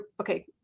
okay